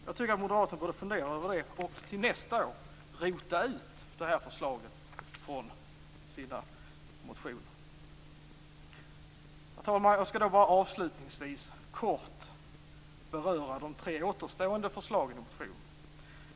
Jag tycker att moderaterna borde fundera över detta och till nästa år utrota det här förslaget från sina motioner. Herr talman! Jag skall bara avslutningsvis kort beröra de tre återstående förslagen i motionerna.